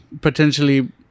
potentially